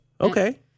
Okay